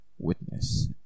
witness